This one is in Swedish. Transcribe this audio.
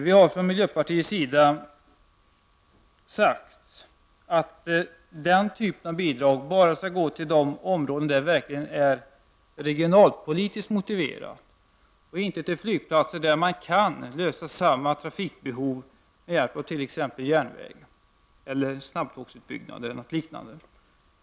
Vi har från miljöpartiets sida sagt att den typen av bidrag skall gå till de områden där sådana är regionalpolitiskt motiverade, inte till flygplatser där man kan klara ifrågavarande trafikbehov med hjälp av snabbtågsutbyggnad eller liknande.